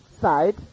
side